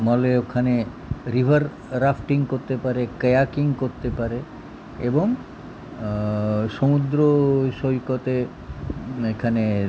মলে ওখানে river rafting করতে পারে কায়াকিং করতে পারে এবং সমুদ্র সৈকতে এখানে